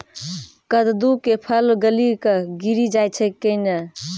कददु के फल गली कऽ गिरी जाय छै कैने?